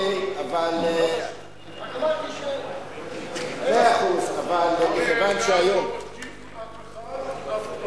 רק אמרתי, חבר הכנסת אלדד לא מתקיף אף אחד אף פעם.